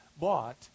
bought